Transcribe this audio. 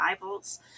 Bibles